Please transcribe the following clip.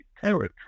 territory